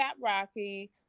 Rocky